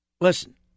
Listen